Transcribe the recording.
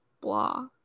blah